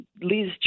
Liz